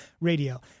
radio